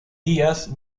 díaz